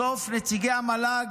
בסוף נציגי המל"ג,